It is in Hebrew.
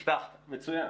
הבטחת, מצוין.